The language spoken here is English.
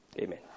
Amen